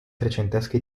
trecentesca